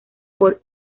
por